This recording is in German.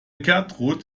gertrud